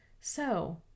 So